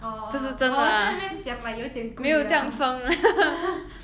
orh orh 我在那边想 like 有一点贵 ah